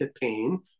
pain